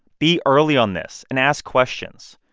be early on this and ask questions.